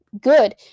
good